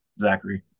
Zachary